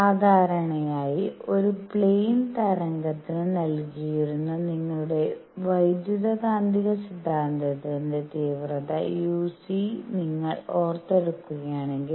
സാധാരണയായിഒരു plane തരംഗത്തിന് നൽകിയിരുന്ന നിങ്ങളുടെ വൈദ്യുതകാന്തിക സിദ്ധാന്തത്തിന്റെ തീവ്രത uc നിങ്ങൾ ഓർത്തെടുക്കുകയാണെകിൽ